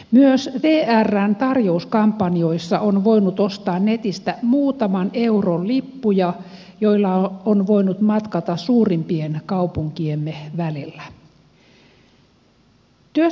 myös vrn tarjouskampanjoissa on voinut ostaa netistä muutaman euron lippuja joilla on voinut matkata suurimpien kaupunkiemme välillä